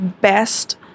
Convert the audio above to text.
best